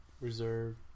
reserve